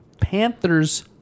Panthers